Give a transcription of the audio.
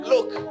Look